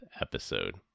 episode